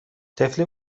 طفلی